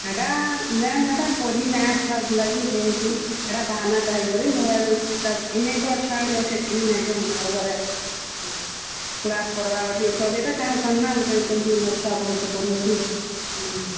ହେଇଟା ମ୍ୟାଡ଼ାମ୍ ଏଇଟା ପଢ଼ି ନାଇଁ ଆସିବାର୍ ଲାଗି ହେଇଛି ସେଇଟା ବାହାନା ଟାହି କରି ମୋବାଇଲ୍ ସେଇଟା ଘିନେଇ ତ ଛୁଆ ଗୋଟେ ଅଛି କିନ୍ ନାଇଁ ଦେନ୍ ତାର୍ ଘରେ କ୍ଲାସ୍ କର୍ବା ବୋଲି ସଭିଏଁ ତ ଚାହୁଁଛନ୍ ନା ଯେ କେମତି ମୋ ଛୁଆ ଭଲ୍ସେ ପଢ଼ୁ ବୋଲି ହୁଁ